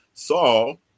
Saul